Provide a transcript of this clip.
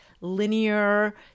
linear